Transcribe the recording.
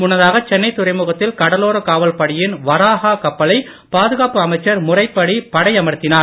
முன்னதாக சென்னை துறைமுகத்தில் கடலோர காவல் படையின் வராஹா கப்பலை பாதுகாப்பு அமைச்சர் முறைப்படி படையமர்த்தினார்